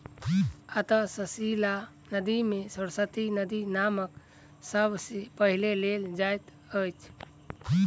अंतः सलिला नदी मे सरस्वती नदीक नाम सब सॅ पहिने लेल जाइत अछि